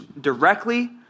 directly